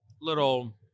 little